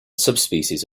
subspecies